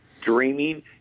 dreaming